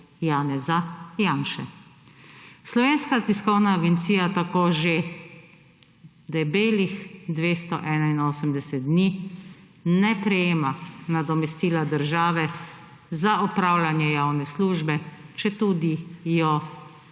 Janeza Janše. Slovenska tiskovna agencija tako že debelih 281 dni ne prejema nadomestila države za opravljanje javne službe, četudi jo